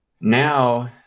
Now